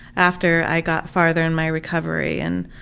after i got farther in my recovery, and